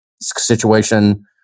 situation